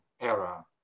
era